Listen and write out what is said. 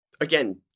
again